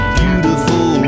beautiful